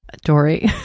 Dory